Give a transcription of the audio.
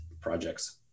projects